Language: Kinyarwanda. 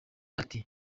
ati